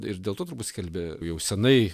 ir dėl to turbūt skelbė jau senai